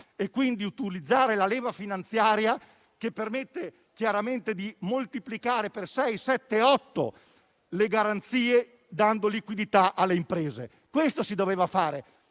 e quindi utilizzare la leva finanziaria che permette chiaramente di moltiplicare per sei, sette e otto le garanzie, dando liquidità alle imprese. Questo si doveva fare: